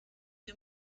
wir